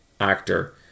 actor